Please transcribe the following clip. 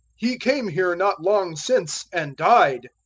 he came here not long since and died.